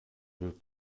wird